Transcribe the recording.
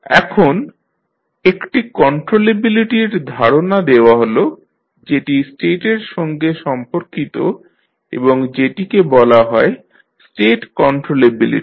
এখন একটি কন্ট্রোলেবিলিটির ধারণা দেওয়া হল যেটি স্টেটের সঙ্গে সম্পর্কিত এবং যেটিকে বলা হয় স্টেট কন্ট্রোলেবিলিটি